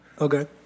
Okay